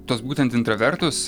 tuos būtent intravertus